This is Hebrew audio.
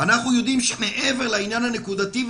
יודעים שמעבר לעניין הנקודתי,